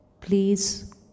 Please